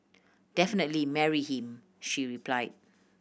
definitely marry him she replied